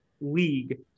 league